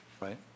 Right